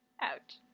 Ouch